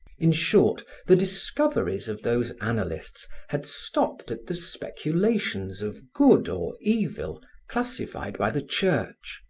in short, the discoveries of those analysts had stopped at the speculations of good or evil classified by the church.